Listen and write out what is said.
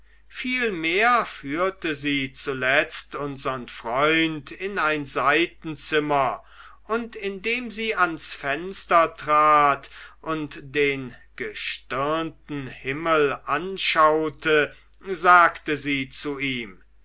vielmehr führte sie zuletzt unsern freund in ein seitenzimmer und indem sie ans fenster trat und den gestirnten himmel anschaute sagte sie zu ihm